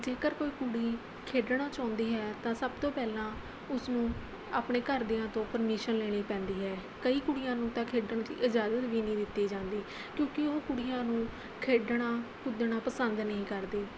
ਜੇਕਰ ਕੋਈ ਕੁੜੀ ਖੇਡਣਾ ਚਾਹੁੰਦੀ ਹੈ ਤਾਂ ਸਭ ਤੋਂ ਪਹਿਲਾਂ ਉਸਨੂੰ ਆਪਣੇ ਘਰਦਿਆਂ ਤੋਂ ਪਰਮਿਸ਼ਨ ਲੈਣੀ ਪੈਂਦੀ ਹੈ ਕਈ ਕੁੜੀਆਂ ਨੂੰ ਤਾਂ ਖੇਡਣ ਦੀ ਇਜਾਜ਼ਤ ਵੀ ਨਹੀਂ ਦਿੱਤੀ ਜਾਂਦੀ ਕਿਉਂਕਿ ਉਹ ਕੁੜੀਆਂ ਨੂੰ ਖੇਡਣਾ ਕੁੱਦਣਾ ਪਸੰਦ ਨਹੀਂ ਕਰਦੇ